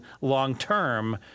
long-term